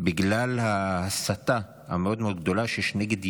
בגלל ההסתה הגדולה מאוד מאוד שיש נגד יהודים.